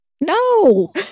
No